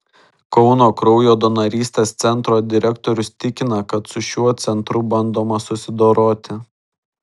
kauno kraujo donorystės centro direktorius tikina kad su šiuo centru bandoma susidoroti